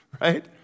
right